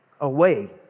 away